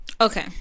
Okay